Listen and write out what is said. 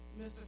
Mr